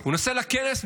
הוא נוסע לכנס,